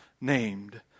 named